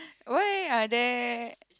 why are there